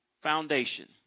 Foundation